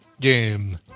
game